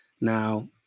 Now